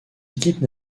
équipes